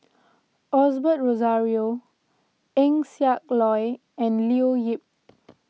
Osbert Rozario Eng Siak Loy and Leo Yip